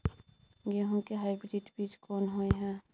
गेहूं के हाइब्रिड बीज कोन होय है?